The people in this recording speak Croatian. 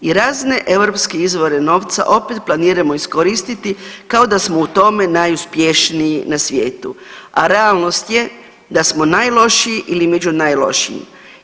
I razne europske izvore novca opet planiramo iskoristiti kao da smo u tome najuspješniji na svijetu, a realnost je da smo najlošiji ili među najlošijim.